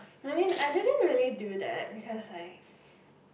I mean I didn't really do that because I